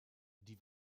die